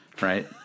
right